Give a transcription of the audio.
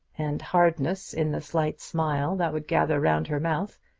and hardness in the slight smile that would gather round her mouth,